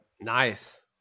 nice